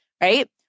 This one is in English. right